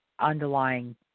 underlying